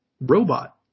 robot